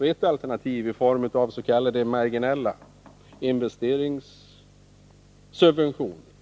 ett alternativ i form av s.k. marginella investeringssubventioner.